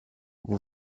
vous